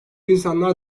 insanlar